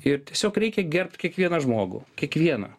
ir tiesiog reikia gerbt kiekvieną žmogų kiekvieną